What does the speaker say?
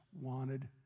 wanted